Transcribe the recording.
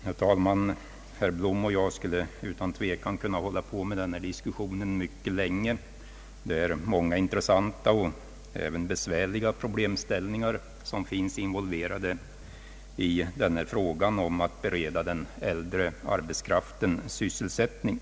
Herr talman! Herr Blom och jag skulle utan tvekan kunna föra den här diskussionen mycket länge. Det är många intressanta och även besvärliga problemställningar som finns involverade i frågan om att bereda den äldre arbetskraften sysselsättning.